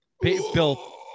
bill